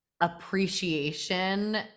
appreciation